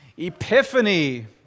Epiphany